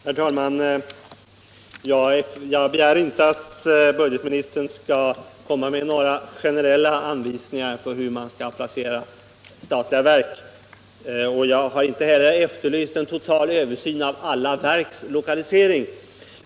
Herr talman! Jag begär inte att budgetministern skall ge några generella anvisningar om hur man bör placera statliga verk, och jag har inte heller efterlyst en total översyn av alla verks lokalisering.